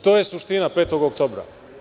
To je suština 5. oktobra.